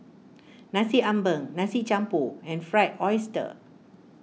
Nasi Ambeng Nasi Campur and Fried Oyster